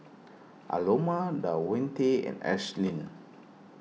Aloma Davonte and Ashlynn